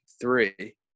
three